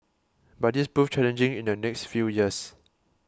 but this proved challenging in the next few years